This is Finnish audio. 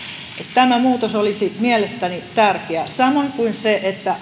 tämä muutos olisi mielestäni tärkeä samoin kuin se että